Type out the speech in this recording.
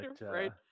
Right